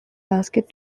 basket